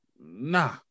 nah